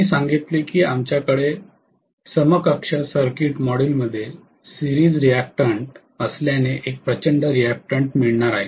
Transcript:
आम्ही सांगितले की आमच्याकडे समकक्ष सर्किट मॉडेलमध्ये सिरीज रियाक्टन्ट असल्याने एक प्रचंड रियाक्टन्ट मिळणार आहे